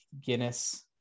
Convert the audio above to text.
Guinness